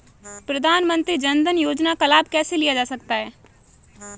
प्रधानमंत्री जनधन योजना का लाभ कैसे लिया जा सकता है?